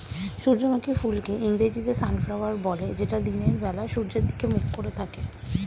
সূর্যমুখী ফুলকে ইংরেজিতে সানফ্লাওয়ার বলে যেটা দিনের বেলা সূর্যের দিকে মুখ করে থাকে